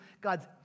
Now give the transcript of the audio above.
God's